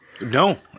No